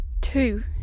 Two